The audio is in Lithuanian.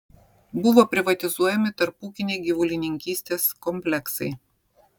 buvo privatizuojami tarpūkiniai gyvulininkystės kompleksai